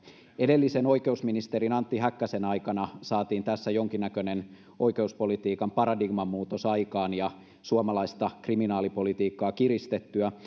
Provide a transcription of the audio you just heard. edellisen oikeusministerin antti häkkäsen aikana saatiin tässä jonkinnäköinen oikeuspolitiikan paradigman uutos aikaan ja suomalaista kriminaalipolitiikkaa kiristettyä